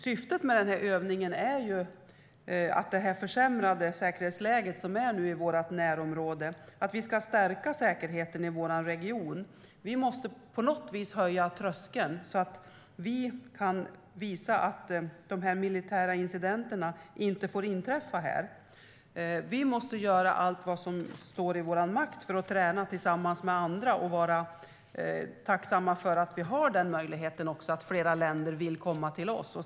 Syftet med övningen är dock att vi, i det försämrade säkerhetsläge som nu råder i vårt närområde, ska stärka säkerheten i vår region. Vi måste på något vis höja tröskeln så att vi kan visa att dessa militära incidenter inte får inträffa här. Vi måste göra allt som står i vår makt för att träna tillsammans med andra, och vi ska vara tacksamma för att vi har den möjligheten och för att flera länder vill komma till oss.